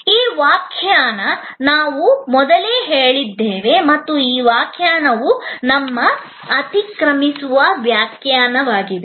ಈ ವ್ಯಾಖ್ಯಾನ ನಾವು ಮೊದಲೇ ಹೇಳಿದ್ದೇವೆ ಮತ್ತು ಈ ವ್ಯಾಖ್ಯಾನವುನಮ್ಮ ಅತಿಕ್ರಮಿಸುವ ವ್ಯಾಖ್ಯಾನವಾಗಿದೆ